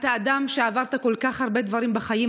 אתה אדם שעבר כל כך הרבה דברים בחיים.